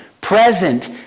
present